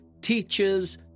teachers